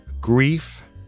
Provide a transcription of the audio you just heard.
grief